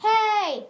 Hey